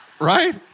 right